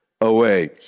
away